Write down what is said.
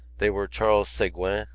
they were charles segouin,